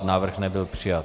Návrh nebyl přijat.